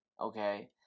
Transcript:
Okay